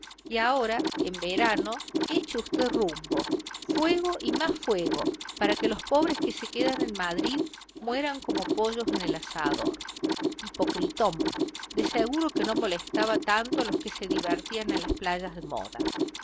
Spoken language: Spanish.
y ahora en verano eche usted rumbo fuego y más fuego para que los pobres que se quedan en madrid mueran como pollos en asador hipocritón de seguro que no molestaba tanto a los que se divertían en las playas de moda